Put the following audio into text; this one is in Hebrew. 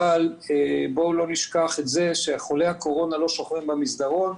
אבל בואו לא נשכח שחולי הקורונה לא שוכבים במסדרון,